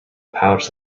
pouch